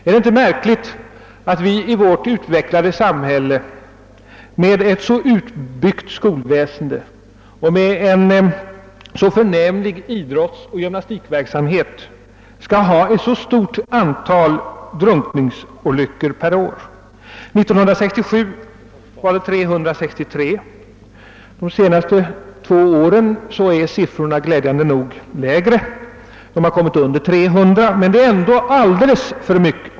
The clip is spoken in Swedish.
Är det inte märkligt att vi i vårt utvecklade samhälle, med ett så utbyggt skolväsende och med en så förnämlig idrottsoch gymnastikverksamhet, skall ha ett så stort antal drunkningsolyckor per år? År 1967 var antalet 363. För de senaste två åren är siffrorna glädjande nog lägre — de ligger under 300 — men de är ändå alldeles för höga.